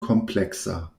kompleksa